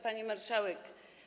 Pani Marszałek!